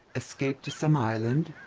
escape to some island.